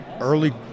early